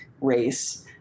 race